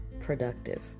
productive